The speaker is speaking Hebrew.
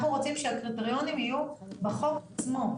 אנחנו רוצים שהקריטריונים יהיו בחוק עצמו.